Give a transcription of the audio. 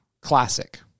classic